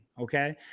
okay